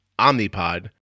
Omnipod